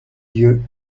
yeux